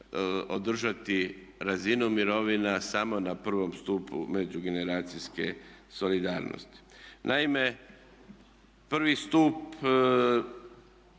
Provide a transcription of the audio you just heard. održati razinu mirovina samo na prvom stupu međugeneracijske solidarnosti. Naime, prvi stup